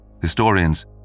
Historians